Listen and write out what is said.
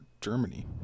Germany